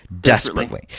Desperately